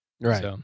Right